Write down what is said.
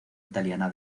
italiana